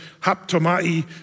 haptomai